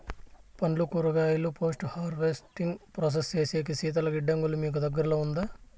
పండ్లు కూరగాయలు post harvesting process సేసేకి శీతల గిడ్డంగులు మీకు దగ్గర్లో ఉందా?